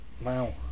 Wow